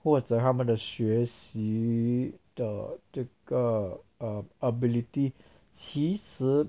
或者他们的学习的这个 err ability 其实